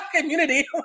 community